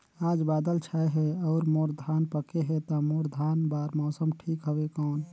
आज बादल छाय हे अउर मोर धान पके हे ता मोर धान बार मौसम ठीक हवय कौन?